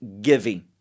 giving